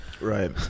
Right